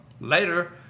later